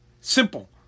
Simple